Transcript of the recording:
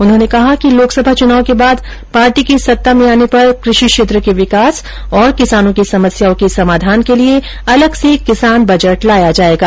उन्होंने कहा कि लोकसभा चुनाव के बाद पार्टी के सत्ता में आने पर कृषि क्षेत्र के विकास और किसानों की समस्याओं के समाधान के लिए अलग से किसान बजट लोया जायेगा